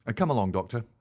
ah come along, doctor.